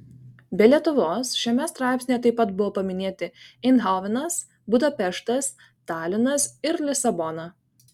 be lietuvos šiame straipsnyje taip pat buvo paminėti eindhovenas budapeštas talinas ir lisabona